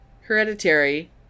hereditary